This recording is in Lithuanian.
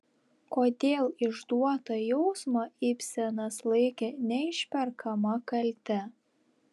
kodėl išduotą jausmą ibsenas laikė neišperkama kalte